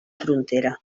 frontera